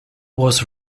was